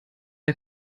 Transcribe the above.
der